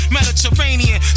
Mediterranean